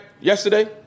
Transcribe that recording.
yesterday